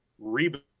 reboot